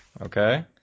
Okay